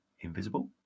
invisible